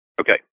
okay